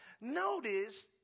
Notice